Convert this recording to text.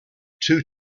two